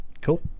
Cool